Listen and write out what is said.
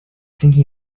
thinking